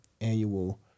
annual